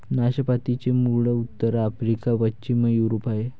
नाशपातीचे मूळ उत्तर आफ्रिका, पश्चिम युरोप आहे